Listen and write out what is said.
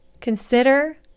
Consider